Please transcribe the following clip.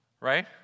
right